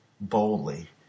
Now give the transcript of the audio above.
boldly